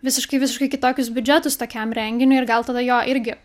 visiškai visiškai kitokius biudžetus tokiam renginiui ir gal tada jo irgi